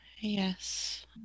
Yes